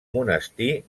monestir